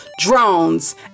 drones